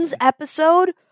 episode